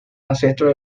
ancestros